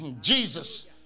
Jesus